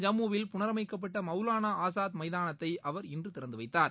ஜம்முவில் புனரமைக்கப்பட்ட மவுலானா ஆஸாத் மைதானத்தை அவர் திறந்து வைத்தார்